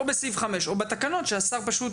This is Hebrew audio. או בסעיף 5 או בתקנות שהשר פשוט,